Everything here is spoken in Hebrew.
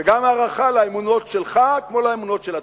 וגם בהערכה לאמונות שלך, כמו לאמונות של עצמי,